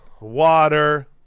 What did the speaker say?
water